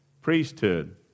priesthood